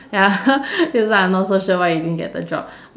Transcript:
ya this one I'm not so sure why you didn't get the job